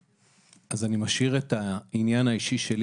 אז אני משאיר את העניין האישי שלי,